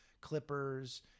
clippers